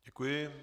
Děkuji.